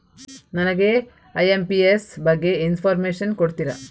ನನಗೆ ಐ.ಎಂ.ಪಿ.ಎಸ್ ಬಗ್ಗೆ ಇನ್ಫೋರ್ಮೇಷನ್ ಕೊಡುತ್ತೀರಾ?